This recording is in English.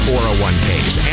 401Ks